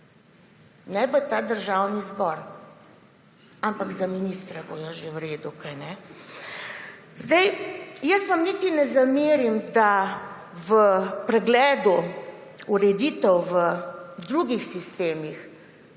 ne v Državni zbor. Ampak za ministre bodo že v redu, kajne? Jaz vam niti ne zamerim, da v pregledu ureditev v drugih sistemih